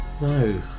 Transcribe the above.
no